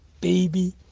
baby